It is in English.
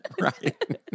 Right